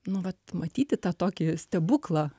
nu vat matyti tą tokį stebuklą